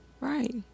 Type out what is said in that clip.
Right